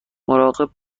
مراقب